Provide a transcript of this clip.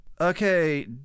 Okay